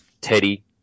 Teddy